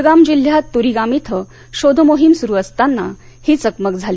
कुलगाम जिल्ह्यात तुरीगाम इथं शोधमोहीम सुरू असताना ही चकमक झाली